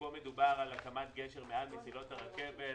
מדובר על הקמת גשר מעל מסילות הרכבת,